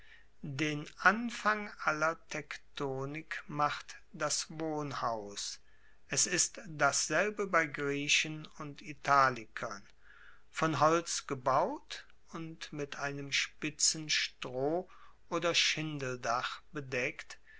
den anfang aller tektonik macht das wohnhaus es ist dasselbe bei griechen und italikern von holz gebaut und mit einem spitzen stroh oder schindeldach bedeckt